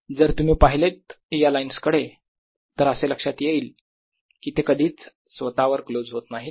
जर तुम्ही पाहिलेत या लाइन्स कडे तर असे लक्षात येईल की ते कधीच स्वतःवर क्लोज होत नाहीत